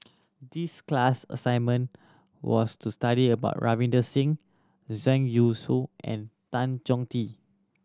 this class assignment was to study about Ravinder Singh Zhang Youshuo and Tan Chong Tee